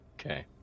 Okay